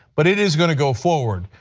but it is going to go forward,